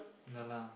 ya lah